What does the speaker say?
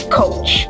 coach